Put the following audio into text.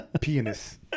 pianist